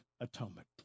atonement